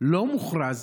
לא מוכרז,